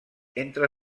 entre